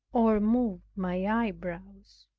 or move my eyebrows,